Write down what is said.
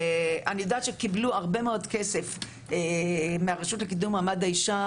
אני יודעת שקיבלו הרבה מאוד כסף מהרשות לקידום מעמד האישה.